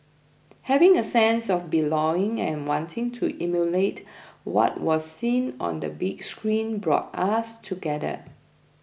having a sense of belonging and wanting to emulate what was seen on the big screen brought us together